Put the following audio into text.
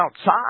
outside